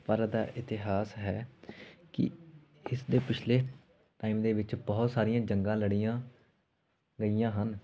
ਭਾਰਤ ਦਾ ਇਤਿਹਾਸ ਹੈ ਕਿ ਇਸ ਦੇ ਪਿਛਲੇ ਟਾਈਮ ਦੇ ਵਿੱਚ ਬਹੁਤ ਸਾਰੀਆਂ ਜੰਗਾਂ ਲੜੀਆਂ ਗਈਆਂ ਹਨ